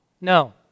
No